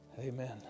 Amen